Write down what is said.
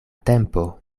tempo